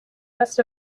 best